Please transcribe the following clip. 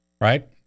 right